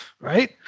right